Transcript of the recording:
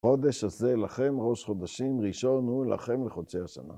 ‫חודש הזה לכם ראש חודשים, ‫ראשון הוא לכם לחודשי השנה.